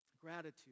Gratitude